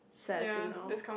sad to know